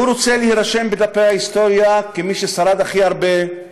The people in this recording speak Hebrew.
הוא רוצה להירשם בדפי ההיסטוריה כמי ששרד הכי הרבה,